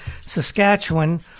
Saskatchewan